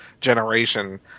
generation